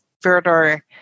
further